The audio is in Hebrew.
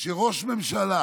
שראש ממשלה